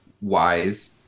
wise